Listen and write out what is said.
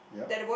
yup